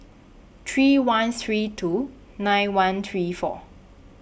three one three two nine one three four